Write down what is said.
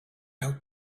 out